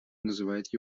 называет